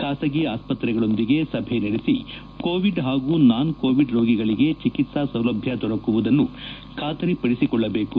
ಖಾಸಗಿ ಆಸ್ಪತ್ತೆಗಳೊಂದಿಗೆ ಸಭೆ ನಡೆಸ ಕೋವಿಡ್ ಹಾಗೂ ನಾನ್ ಕೋವಿಡ್ ರೋಗಿಗಳಿಗೆ ಚಿಕಿತ್ಸಾ ಸೌಲಭ್ಯ ದೊರಕುವುದನ್ನು ಖಾತರಿ ಪಡಿಸಿಕೊಳ್ಳಬೇಕು